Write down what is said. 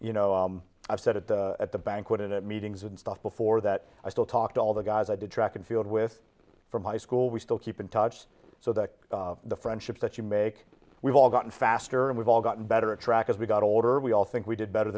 you know i've said it at the banquet in meetings and stuff before that i still talk to all the guys i did track and field with from high school we still keep in touch so that the friendships that you make we've all gotten faster and we've all gotten better track as we got older we all think we did better